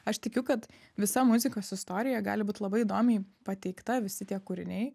aš tikiu kad visa muzikos istorija gali būt labai įdomiai pateikta visi tie kūriniai